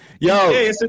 Yo